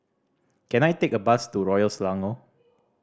can I take a bus to Royal Selangor